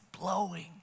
blowing